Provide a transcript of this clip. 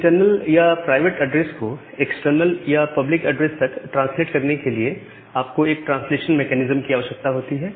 internal या private address को external या पब्लिक एड्रेस तक ट्रांसलेट करने के लिए आपको एक ट्रांसलेशन मैकेनिज्म की आवश्यकता होगी